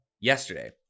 yesterday